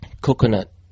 coconut